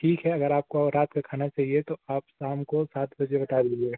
ठीक है अगर आपको रात का खाना चाहिए तो आप शाम को सात बजे बता दीजिएगा